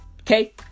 Okay